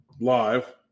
live